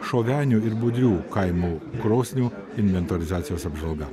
šovenių ir budrių kaimo krosnių inventorizacijos apžvalga